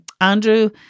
Andrew